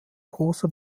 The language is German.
großer